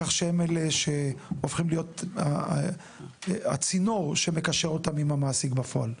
כך שהם אלה שהופכים להיות הצינור שמקשר אותם עם המעסיק בפועל?